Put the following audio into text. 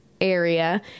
area